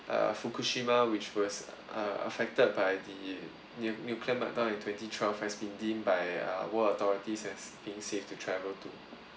uh fukushima which was uh affected by the nuc~ nuclear meltdown in twenty twelve has been deemed by uh world authorities has been safe to travel to